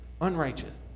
unrighteous